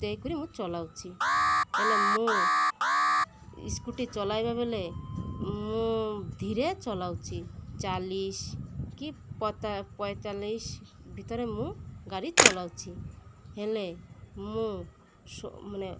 ଦେଇକିରି ମୁଁ ଚଳାଉଛି ହେଲେ ମୁଁ ସ୍କୁଟି ଚଳାଇବା ବେଳେ ମୁଁ ଧୀରେ ଚଳାଉଛି ଚାଳିଶି କି ପଇଁଚାଳିଶି ଭିତରେ ମୁଁ ଗାଡ଼ି ଚଳାଉଛି ହେଲେ ମୁଁ ମାନେ